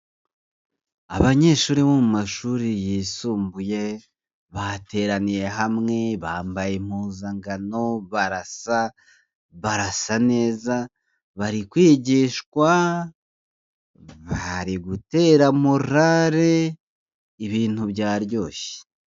Abanyeshuri bo mu mashuri yisumbuye bateraniye hamwe bambaye impuzangano barasa barasa neza bari kwigishwa bari gutera morale ibintu byaryoshye.